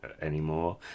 anymore